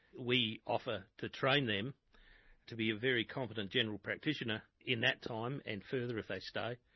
we offer to train them to be a very competent general practitioner in that time, and further if they stay,